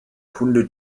kunde